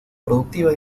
productiva